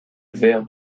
verres